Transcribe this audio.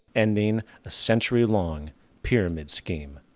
ending a century long pyramid scheme.